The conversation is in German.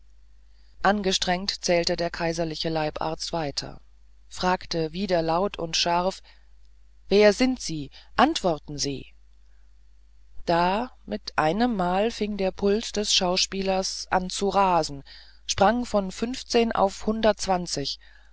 angestrengt zählte der kaiserliche leibarzt weiter fragte wieder laut und scharf wer sind sie antworten sie da mit einemmal fing der puls des schauspielers an zu rasen sprang von fünfzehn auf hundertundzwanzig